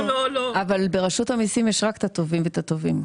אבל ברשות המיסים יש רק את הטובים ואת הטובים.